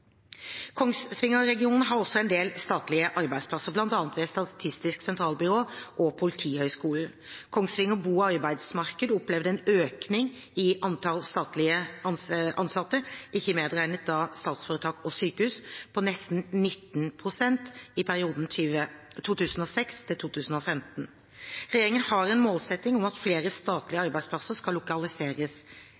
har også en del statlige arbeidsplasser, bl.a. ved Statistisk sentralbyrå og Politihøgskolen. Kongsvinger bo- og arbeidsmarkedsregion opplevde en økning i antall statlig ansatte – ikke medregnet statsforetak og sykehus – på nesten 19 pst. i perioden 2006–2015. Regjeringen har en målsetting om at flere statlige